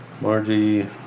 Margie